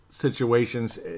Situations